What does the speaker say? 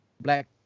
black